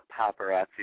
paparazzi